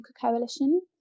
Coalition